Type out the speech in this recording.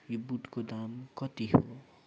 यो बुटको दाम कति हो